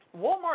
walmart